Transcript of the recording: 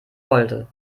wollte